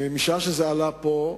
משעה שזה עלה פה,